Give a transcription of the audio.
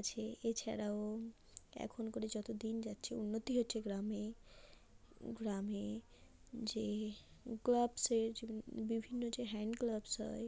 আছে এছাড়াও এখন করে যত দিন যাচ্ছে উন্নতি হচ্ছে গ্রামে গ্রামে যে গ্লাভসের যে বিভিন্ন যে হ্যান্ড গ্লাভস হয়